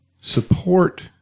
support